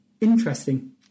interesting